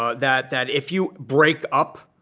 ah that that if you break up,